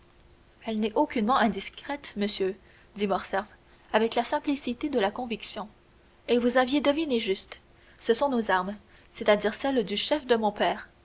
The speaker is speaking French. elle n'est aucunement indiscrète monsieur dit morcerf avec la simplicité de la conviction et vous aviez deviné juste ce sont nos armes c'est-à-dire celles du chef de mon père